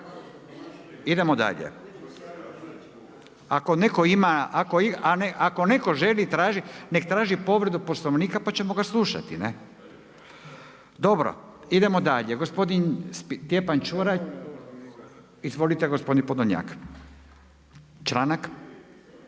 netko ima, ako netko želi tražiti nek' traži povredu Poslovnika pa ćemo ga slušati. Ne? Dobro. Idemo dalje. Gospodin Stjepan Čuraj. Gospodin Podolnjak. Članak?